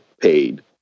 paid